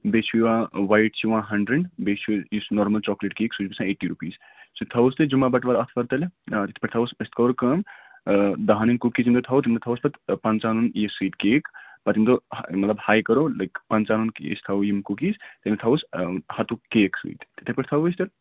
بیٚیہِ چھُ یِوان وایِٹ چھِ یِوان ہنٛڈرنٛڈ بیٚیہِ چھُ یُس نارمَل چاکلیٹ کیک سُہ چھِ گژھان اٮ۪ٹی رُپیٖز سُہ تہِ تھاووس تیٚلہِ جمعہ بَٹوار آتھوار تیٚلہِ آ یِتھ پٲٹھۍ تھاووس أسۍ کرو کٲم دَہَن ہِنٛدۍ کُکیٖز ییٚمہِ دۄہ تھاوو تَمہِ دۄہ تھاوو أسۍ پَتہٕ پنٛژٕہَن ہُنٛد یہِ سۭتۍ کیک پَتہٕ ییٚمہِ دۄہ مطلب ہاے کرو لایِک پنٛژٕہَن ہُنٛد أسۍ تھاوو یِم کُکیٖز تِم تھاووس ہَتُک کیک سۭتۍ تِتھَے پٲٹھۍ تھاوو أسۍ تیٚلہِ